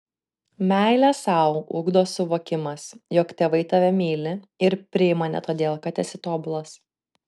meilę sau ugdo suvokimas jog tėvai tave myli ir priima ne todėl kad esi tobulas